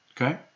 okay